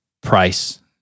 price